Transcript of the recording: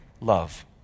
love